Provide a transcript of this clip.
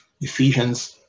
Ephesians